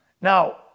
Now